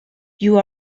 you